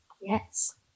Yes